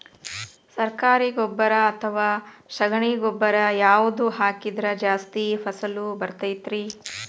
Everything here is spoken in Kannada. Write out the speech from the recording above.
ಸರಕಾರಿ ಗೊಬ್ಬರ ಅಥವಾ ಸಗಣಿ ಗೊಬ್ಬರ ಯಾವ್ದು ಹಾಕಿದ್ರ ಜಾಸ್ತಿ ಫಸಲು ಬರತೈತ್ರಿ?